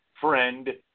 friend